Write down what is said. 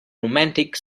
romantic